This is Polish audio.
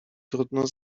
trudno